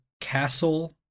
castle